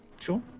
Sure